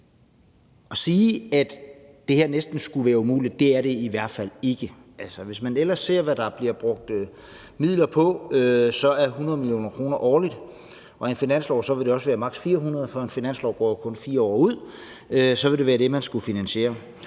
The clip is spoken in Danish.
at sige, at det her næsten skulle være umuligt, forstår jeg ikke, for det er det i hvert fald ikke. Hvis man ellers ser på, hvad der bliver brugt midler på, så er 100 mio. kr. årligt – rent finanslovsmæssigt vil det være maks. 400 millioner, for en finanslov går jo kun 4 år frem – det, man skulle finansiere.